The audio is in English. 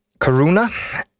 Karuna